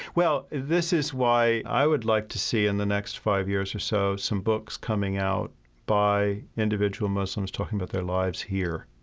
well, this is why i would like to see in the next five years or so some books coming out by individual muslims talking about their lives here,